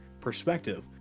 perspective